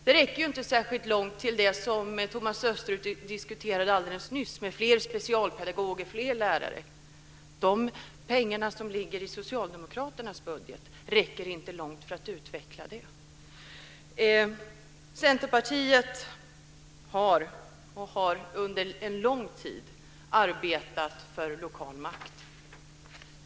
De räcker inte till särskilt mycket av det som Thomas Östros diskuterade alldeles nyss - fler specialpedagoger, fler lärare osv. De pengar som ligger i Socialdemokraternas budget räcker inte långt för att utveckla det. Centerpartiet har under lång tid arbetat för lokal makt.